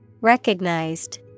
Recognized